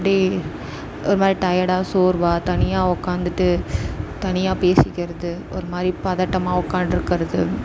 அப்படே ஒருமாதிரி டையடாக சோர்வாக தனியாக உட்காந்துட்டு தனியாக பேசிக்கிறது ஒருமாதிரி பதட்டமாக உட்காந்ட்ருக்கறது